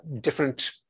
different